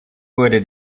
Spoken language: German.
wurde